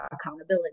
accountability